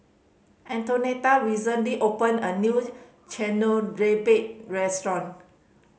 Antonetta recently opened a new restaurant